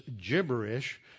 gibberish